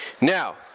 Now